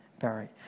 Barry